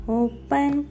open